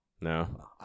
No